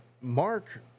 Mark